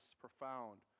profound